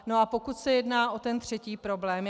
A pokud se jedná o ten třetí problém.